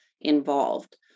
involved